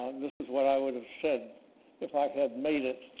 this is what i would have said if i had made it